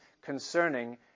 concerning